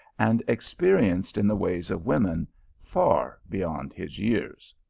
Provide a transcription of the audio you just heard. and experienced in the ways of women far beyond his years.